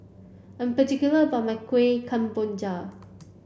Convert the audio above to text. I'm particular about my Kuih Kemboja